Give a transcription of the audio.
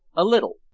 a little.